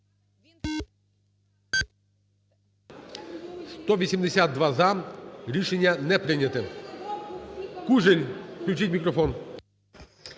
За-182 Рішення не прийнято. Кужель включіть мікрофон.